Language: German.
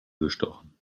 gestochen